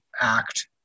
act